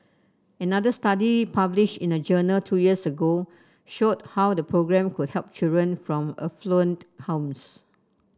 another study published in a journal two years ago showed how the programme could help children from affluent homes